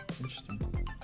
Interesting